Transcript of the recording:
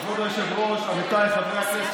כבוד היושב-ראש, עמיתיי חברי הכנסת,